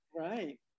Right